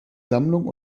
sammlung